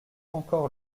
encore